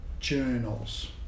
journals